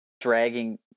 dragging